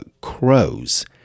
crows